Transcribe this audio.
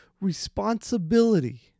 responsibility